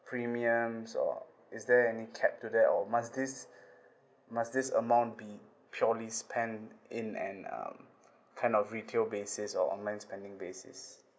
premiums or is there any cap to that or must this must this amount be purely spend in and um kind of retail basis or online spending basis